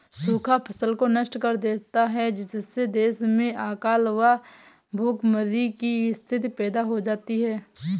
सूखा फसल को नष्ट कर देता है जिससे देश में अकाल व भूखमरी की स्थिति पैदा हो जाती है